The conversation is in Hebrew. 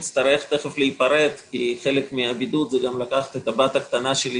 אצטרך תיכף להיפרד כי חלק מהבידוד זה גם לקחת את הבת הקטנה שלי,